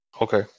Okay